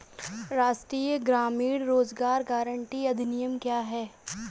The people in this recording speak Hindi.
राष्ट्रीय ग्रामीण रोज़गार गारंटी अधिनियम क्या है?